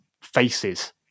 faces